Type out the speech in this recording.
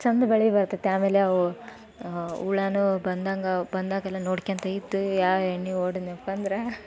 ಚೆಂದ ಬೆಳೆ ಬರ್ತೈತೆ ಆಮೇಲೆ ಅವು ಹುಳಾನು ಬಂದಂಗೆ ಬಂದಾಗೆಲ್ಲ ನೋಡ್ಕೊಳ್ತಾ ಇದ್ದು ಯಾವ ಎಣ್ಣೆ ಹೊಡೆದ್ನಪ್ಪ ಅಂದ್ರೆ